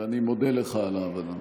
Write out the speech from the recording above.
ואני מודה לך על ההבנה.